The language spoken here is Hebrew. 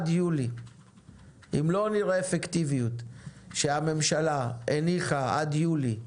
אם לא נראה אפקטיביות שהממשלה הניחה עד יולי,